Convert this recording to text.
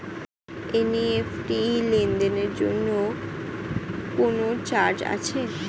NEFT লেনদেনের জন্য কোন চার্জ আছে?